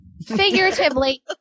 Figuratively